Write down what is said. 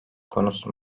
konusu